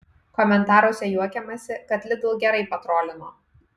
komentaruose juokiamasi kad lidl gerai patrolino